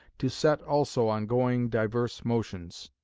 to set also on going diverse motions.